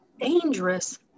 dangerous